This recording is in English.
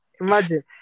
imagine